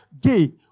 gay